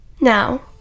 Now